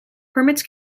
permits